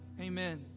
Amen